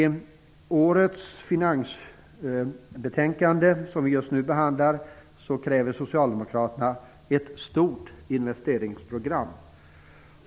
I årets finansbetänkande, som vi just nu behandlar, kräver socialdemokraterna ett stort investeringsprogram.